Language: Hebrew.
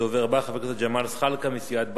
הדובר הבא הוא חבר הכנסת ג'מאל זחאלקה מסיעת בל"ד.